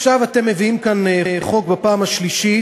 עכשיו אתם מביאים כאן חוק בפעם השלישית,